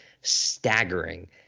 staggering